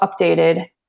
updated